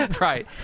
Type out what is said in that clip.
right